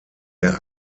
der